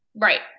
Right